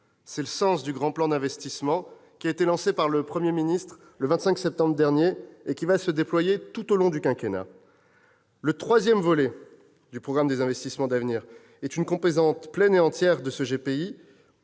C'est le sens du Grand Plan d'investissement lancé par le Premier ministre, le 25 septembre dernier, et qui va se déployer tout au long du quinquennat. Le troisième volet du programme d'investissements d'avenir est une composante pleine et entière de ce GPI.